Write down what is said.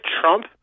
Trump